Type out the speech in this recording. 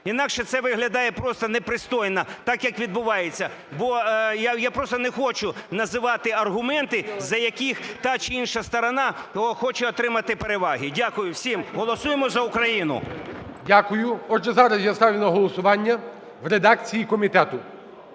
Інакше це виглядає просто непристойно, так, як відбувається. Я просто не хочу називати аргументи, за яких та чи інша сторона хоче отримати переваги. Дякую всім. Голосуємо за Україну! ГОЛОВУЮЧИЙ. Дякую. Отже, зараз я ставлю на голосування в редакції комітету,